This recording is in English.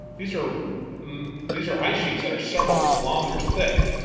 these are these are ice sheets that are several kilometers thick.